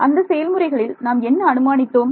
அந்த செயல்முறைகளில் நாம் என்ன அனுமானித்தோம்